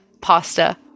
Pasta